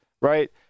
Right